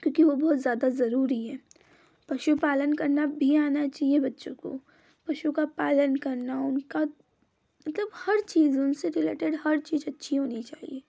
क्योंकि वो बहुत ज़्यादा ज़रूरी है पशुपालन करना भी आना चाहिए बच्चों को पशु का पालन करना उनका मतलब हर चीज़ उनसे रिलेटेड हर चीज़ अच्छी होनी चाहिए